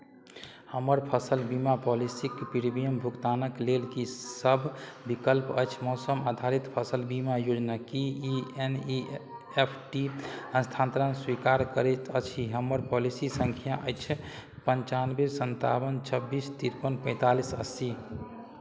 हमर फसल बीमा पॉलिसीक प्रीमियम भुगतानक लेल कीसभ विकल्प अछि मौसम आधारित फसल बीमा योजना की ई एन ई एफ टी स्थानान्तरण स्वीकार करैत अछि हमर पॉलिसी सङ्ख्या अछि पञ्चानबे सन्ताबन छब्बीस तिरपन पैँतालिस अस्सी